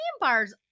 bars